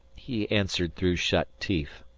he answered through shut teeth.